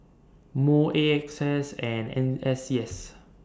Moh A X S and N S C S